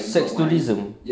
sex tourism